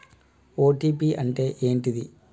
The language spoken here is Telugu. ఓ.టీ.పి అంటే ఏంటిది?